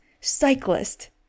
cyclist